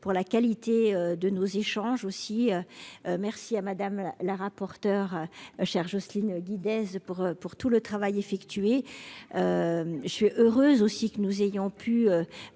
pour la qualité de nos échanges aussi. Merci à Madame la rapporteure chers Jocelyne Guidez pour pour tout le travail effectué. Je suis heureux aussi que nous ayons pu